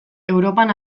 europan